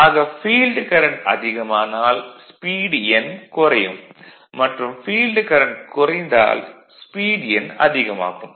ஆக field current அதிகமானால் speed n குறையும் மற்றும் ஃபீல்டு கரண்ட் குறைந்தால் ஸ்பீட் n அதிகமாகும்